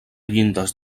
llindes